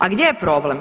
A gdje je problem?